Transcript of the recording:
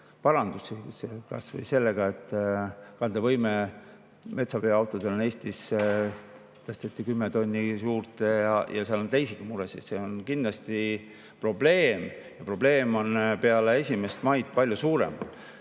parandusi, kas või sellega, et kandevõime metsaveoautodel Eestis tõsteti 10 tonni juurde. Ja seal on teisigi muresid, see on kindlasti probleem. Ja probleem on peale 1. maid palju suurem.